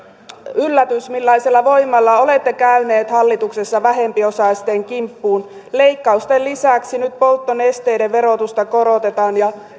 yllätys millaisella voimalla olette käyneet hallituksessa vähempiosaisten kimppuun leikkausten lisäksi nyt polttonesteiden verotusta korotetaan ja